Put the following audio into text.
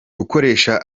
gukoresha